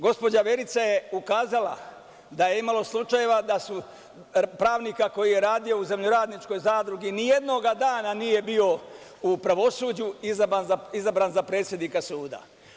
Gospođa Vjerica je ukazala da je imalo slučajeva da su pravnika koji je radio u zemljoradničkoj zadruzi, nijednog dana nije bio u pravosuđu, izabrali za predsednika suda.